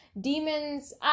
demons